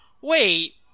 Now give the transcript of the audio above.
Wait